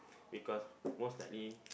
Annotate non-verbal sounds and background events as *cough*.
because most likely *noise*